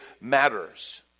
matters